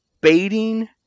baiting